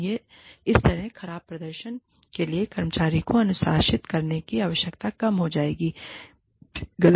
और इस तरह खराब प्रदर्शन के लिए कर्मचारी को अनुशासित करने की आवश्यकता कम हो जाएगी